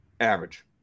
average